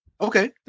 Okay